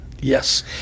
Yes